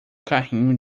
carrinho